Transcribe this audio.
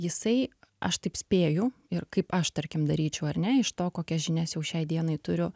jisai aš taip spėju ir kaip aš tarkim daryčiau ar ne iš to kokias žinias jau šiai dienai turiu